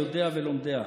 יודעיה ולומדיה".